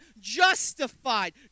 justified